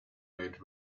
wide